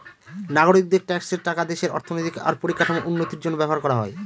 নাগরিকদের ট্যাক্সের টাকা দেশের অর্থনৈতিক আর পরিকাঠামোর উন্নতির জন্য ব্যবহার করা হয়